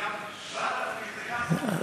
7,000 זה גם, טוב.